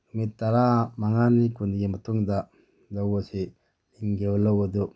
ꯅꯨꯃꯤꯠ ꯇꯔꯥ ꯃꯉꯥꯅꯤ ꯀꯨꯟꯅꯤꯒꯤ ꯃꯇꯨꯡꯗ ꯂꯧ ꯑꯁꯤ ꯂꯤꯡꯈꯤꯕ ꯂꯧ ꯑꯗꯨ